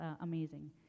amazing